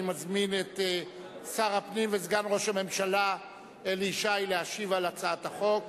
אני מזמין את שר הפנים וסגן ראש הממשלה אלי ישי להשיב על הצעת החוק.